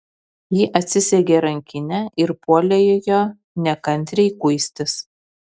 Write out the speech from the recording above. ji atsisegė rankinę ir puolė joje nekantriai kuistis